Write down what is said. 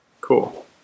Cool